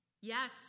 Yes